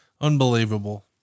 Unbelievable